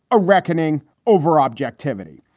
a reckoning over objectivity.